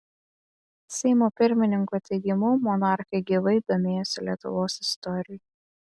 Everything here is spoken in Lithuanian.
seimo pirmininko teigimu monarchai gyvai domėjosi lietuvos istorija